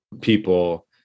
people